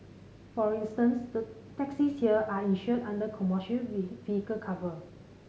for instance the taxis here are insured under commercial vehicle cover